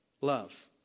love